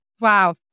Wow